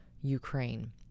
Ukraine